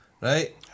right